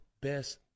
best